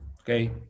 Okay